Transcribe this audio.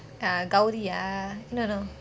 ah gowri ah no no